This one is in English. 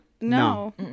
No